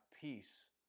peace